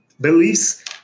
beliefs